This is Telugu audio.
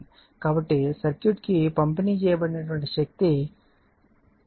కాబట్టి సర్క్యూట్కు పంపిణీ చేయబడిన శక్తి I2R